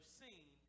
seen